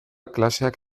klaseak